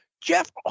Jeff